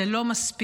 זה לא מספיק.